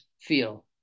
feel